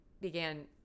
began